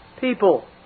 people